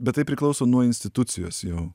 bet tai priklauso nuo institucijos jau